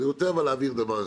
אבל אני רוצה להבהיר דבר אחד.